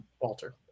Walter